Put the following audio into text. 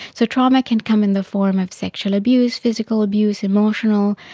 so trauma can come in the form of sexual abuse, physical abuse emotional,